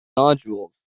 nodules